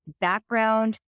background